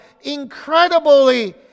incredibly